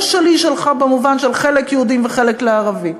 שלי שלך במובן של חלק ליהודים וחלק לערבים,